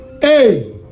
Hey